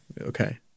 Okay